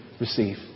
receive